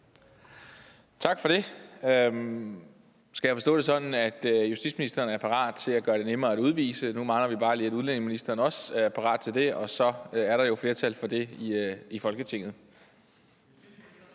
Tak for det. Skal jeg forstå det sådan, at justitsministeren er parat til at gøre det nemmere at udvise? Nu mangler vi bare lige, at udlændingeministeren også er parat til det; så er der jo flertal for det i Folketinget.